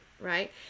right